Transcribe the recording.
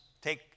take